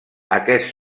aquest